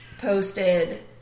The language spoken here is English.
posted